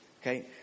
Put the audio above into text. Okay